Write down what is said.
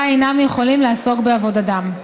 שבה אינם יכולים לעסוק בעבודתם.